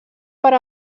per